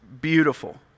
beautiful